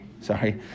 sorry